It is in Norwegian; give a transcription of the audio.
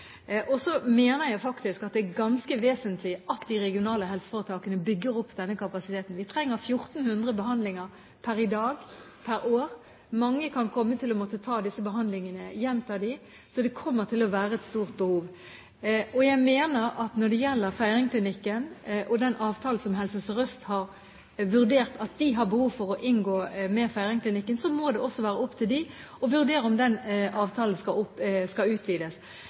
dem. Så mener jeg faktisk at det er ganske vesentlig at de regionale helseforetakene bygger opp denne kapasiteten. Vi trenger 1 400 behandlinger per i dag per år. Mange kan komme til å måtte ta disse behandlingene og gjenta dem, så det kommer til å være et stort behov. Jeg mener at når det gjelder Feiringklinikken og den avtalen som Helse Sør-Øst har vurdert at de har behov for å inngå med Feiringklinikken, må det også være opp til dem å vurdere om den avtalen skal utvides. Det skal